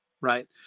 right